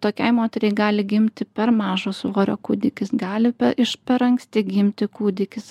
tokiai moteriai gali gimti per mažo svorio kūdikis gali iš per anksti gimti kūdikis